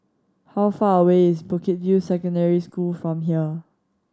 how far away is Bukit View Secondary School from here